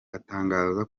atangaza